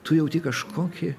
tu jauti kažkokį